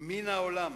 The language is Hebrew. מן העולם